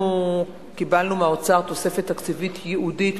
קיבלנו מהאוצר ב-2011 תוספת תקציבית ייעודית